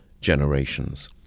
generations